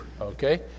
Okay